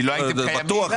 כי לא הייתם קיימים.